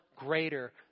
greater